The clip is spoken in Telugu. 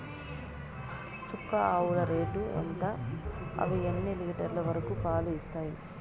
చుక్క ఆవుల రేటు ఎంత? అవి ఎన్ని లీటర్లు వరకు పాలు ఇస్తాయి?